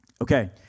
Okay